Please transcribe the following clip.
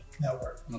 network